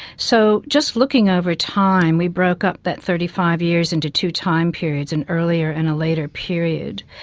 so, just looking over time we broke up that thirty five years into two time periods, an earlier and a later period.